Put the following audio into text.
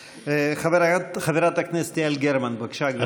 חברת הכנסת יעל גרמן, בבקשה, גברתי.